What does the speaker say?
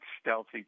stealthy